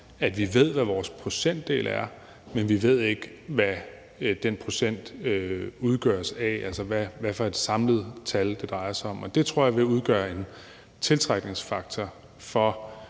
at vi ved, hvad vores procentdel er, men at vi ikke ved, hvad den procent udgøres af – altså hvilket samlet tal det drejer sig om. Det tror jeg vil udgøre en tiltrækningsfaktor for